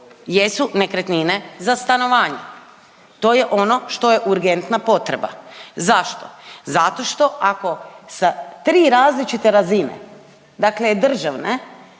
jesu nekretnine za stanovanje, to je ono što je urgentna potreba. Zašto? Zato što, ako sa 3 različite razine, dakle državne,